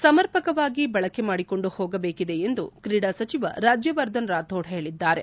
ಸಮರ್ಪಕವಾಗಿ ಬಳಕೆ ಮಾಡಿಕೊಂಡು ಹೋಗಬೇಕಿದೆ ಎಂದು ಕ್ರೀಡಾ ಸಚಿವ ರಾಜ್ಲವರ್ಧನ್ ರಾಥೋಡ್ ಹೇಳಿದ್ದಾರೆ